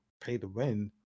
pay-to-win